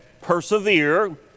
persevere